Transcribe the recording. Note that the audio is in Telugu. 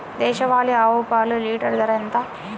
దేశవాలీ ఆవు పాలు లీటరు ధర ఎంత?